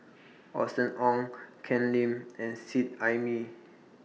Austen Ong Ken Lim and Seet Ai Mee